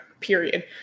period